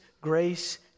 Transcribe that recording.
grace